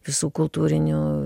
visų kultūrinių